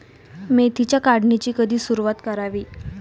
मेथीच्या काढणीची कधी सुरूवात करावी?